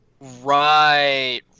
Right